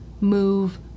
move